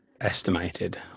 estimated